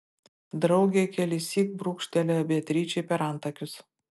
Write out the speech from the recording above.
draugė kelissyk brūkštelėjo beatričei per antakius